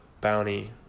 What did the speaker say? bounty